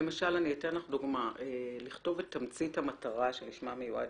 אני אתן לך דוגמה: לכתוב את תמצית המטרה שלשמה מיועד